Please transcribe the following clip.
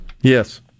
Yes